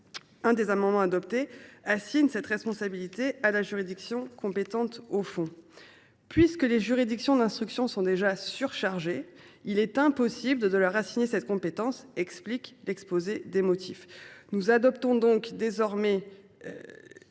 l’un des amendements adoptés assigne cette responsabilité à la juridiction compétente au fond. Puisque les juridictions d’instruction sont déjà surchargées, il est impossible de leur assigner cette compétence, explique l’exposé des motifs ! Désormais,